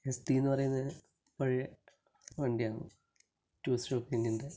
ST എന്ന് പറയുന്നത് പഴയ വണ്ടിയാണ് ടുസ്റ്റോക്കിന്നിൻ്റെ